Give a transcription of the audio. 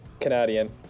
Canadian